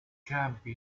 campi